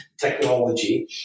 technology